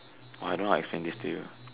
oh I don't know how to explain this to you